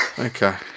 Okay